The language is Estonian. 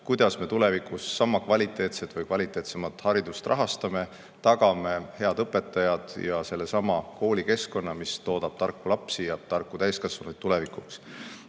kuidas me tulevikus sama kvaliteetset või kvaliteetsemat haridust rahastame: me tagame head õpetajad ja sellesama koolikeskkonna, mis toodab tarku lapsi ja tarku täiskasvanuid tulevikuks.